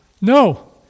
No